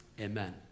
Amen